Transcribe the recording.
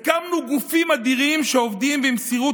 הקמנו גופים אדירים שעובדים במסירות